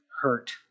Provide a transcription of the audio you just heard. hurt